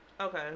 Okay